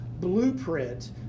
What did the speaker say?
blueprint